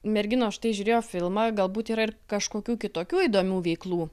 merginos štai žiūrėjo filmą galbūt yra ir kažkokių kitokių įdomių veiklų